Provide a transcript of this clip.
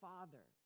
Father